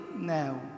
now